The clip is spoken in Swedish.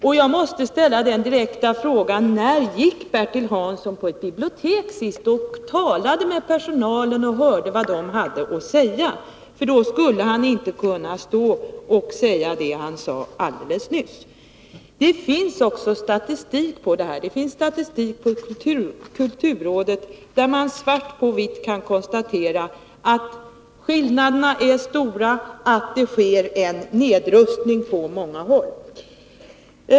Jag måste ställa den direkta frågan: När var Bertil Hansson senast på ett bibliotek och talade med personalen och hörde vad den hade att säga? Det måste ha varit länge sedan, annars skulle han inte kunna säga det han sade nyss. Det finns statistik hos kulturrådet som i svart på vitt visar att skillnaderna är stora och att det sker en nedrustning på många håll.